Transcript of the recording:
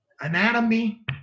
anatomy